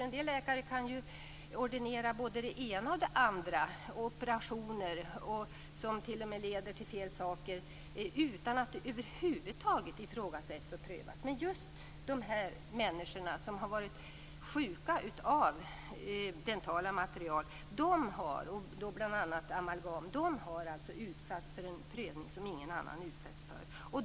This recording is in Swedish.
En del läkare kan ju ordinera både det ena och det andra, t.o.m. operationer som leder till fel saker, utan att det över huvud taget ifrågasätts och prövas. Men just de människor som har blivit sjuka av dentala material, bl.a. amalgam, har utsatts för en prövning som ingen annan utsätts för.